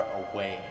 away